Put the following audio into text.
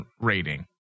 rating